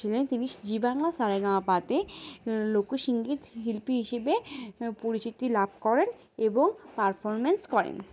ছিলেন তিনি জি বাংলা সারেগাামাপাতে লোক সঙ্গীত শিল্পী হিসেবে পরিচিতি লাভ করেন এবং পারফরমেন্স করেন